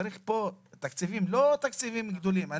צריך פה לא תקציבים גדולים.